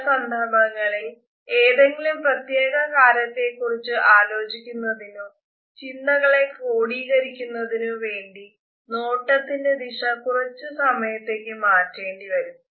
ചില സന്ദർഭങ്ങളിൽ ഏതെങ്കിലും പ്രത്യേക കാര്യത്തെകുറിച്ചു ആലോചിക്കുന്നതിനോ ചിന്തകളെ ക്രോഡീകരിക്കുന്നതിനോ വേണ്ടി നോട്ടത്തിന്റെ ദിശ കുറച്ചു സമയത്തേക്ക് മാറ്റേണ്ടി വരും